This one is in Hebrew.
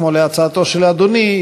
כמו הצעתו של אדוני,